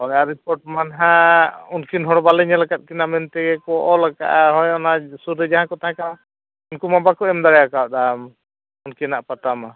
ᱵᱟᱝᱟ ᱨᱤᱯᱳᱨᱴᱢᱟ ᱦᱟᱜ ᱩᱱᱠᱤᱱ ᱦᱚᱲ ᱵᱟᱞᱮ ᱧᱮᱞ ᱠᱟᱫ ᱠᱤᱱᱟ ᱢᱮᱱᱛᱮᱜᱮ ᱠᱚ ᱚᱞ ᱟᱠᱟᱜᱼᱟ ᱦᱳᱭ ᱚᱱᱟ ᱥᱩᱨ ᱨᱮ ᱡᱟᱦᱟᱸᱭ ᱠᱚ ᱛᱟᱦᱮᱱ ᱠᱟᱱᱟ ᱩᱱᱠᱩᱢᱟ ᱵᱟᱠᱚ ᱮᱢ ᱫᱟᱲᱮ ᱟᱠᱟᱣᱫᱟ ᱩᱱᱠᱤᱟᱱᱟᱜ ᱯᱟᱛᱟ ᱢᱟ